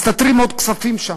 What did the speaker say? מסתתרים עוד כספים שם,